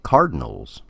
Cardinals